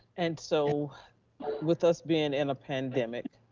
and so with us being in a pandemic,